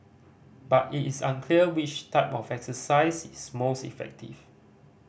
but it is unclear which type of exercise is most effective